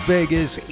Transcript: Vegas